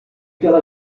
pela